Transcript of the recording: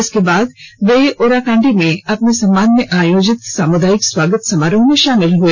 इसके बाद वे ओराकांडी में अपने सम्मान में आयोजित सामुदायिक स्वागत स्मारोह में शामिल हए